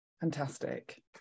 Fantastic